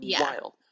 wild